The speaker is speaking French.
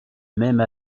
même